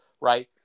right